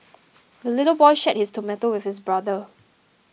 the little boy shared his tomato with his brother